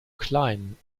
klein